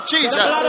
Jesus